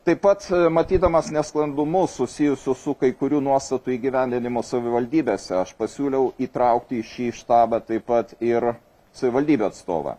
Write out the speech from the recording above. taip pat matydamas nesklandumus susijusius su kai kurių nuostatų įgyvendinimu savivaldybėse aš pasiūliau įtraukti į šį štabą taip pat ir savivaldybių atstovą